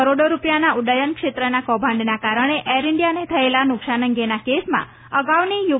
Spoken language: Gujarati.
કરોડો રૂપિયાના ઉડ્ડયન ક્ષેત્રના કૌભાંડના કારણે એર ઇન્ડિયાને થયેલા નુકસાન અંગેના કેસમાં અગાઉની યુ